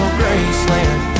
graceland